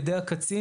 ידי הקצין